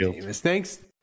Thanks